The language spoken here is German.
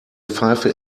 pfeife